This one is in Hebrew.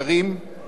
ואין הם היסטוריים.